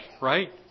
right